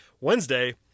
Wednesday